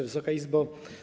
Wysoka Izbo!